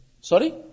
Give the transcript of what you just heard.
Sorry